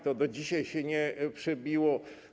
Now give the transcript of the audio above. To do dzisiaj się nie przebiło.